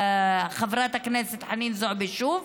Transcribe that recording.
חברת הכנסת חנין זועבי, שוב,